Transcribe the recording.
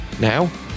Now